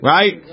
Right